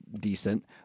decent